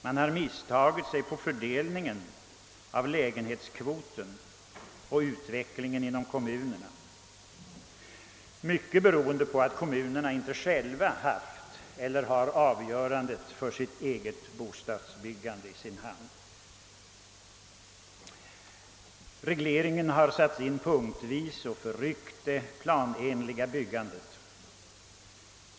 Man har misstagit sig på fördelningen av lägenhetskvoten och utvecklingen inom kommunerna, till stor del beroende på att kommunerna själva inte haft eller har i sin hand avgörandet för sitt eget bostadsbyggande. Regleringen har satts in punktvis och förryckt det planenliga byggandet.